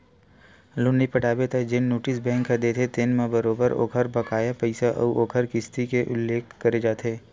loan नइ पटाबे त जेन नोटिस बेंक ह देथे तेन म बरोबर ओखर बकाया पइसा अउ ओखर किस्ती के उल्लेख करे जाथे